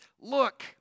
look